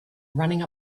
running